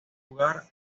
lugar